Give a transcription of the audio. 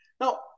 Now